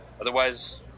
otherwise